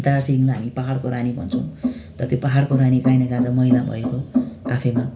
दार्जिलिङलाई हामी पहाडको रानी भन्छौँ तर त्यो पहाडको रानी कहीँ न कहीँ मैला भएको आफैमा